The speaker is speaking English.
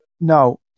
no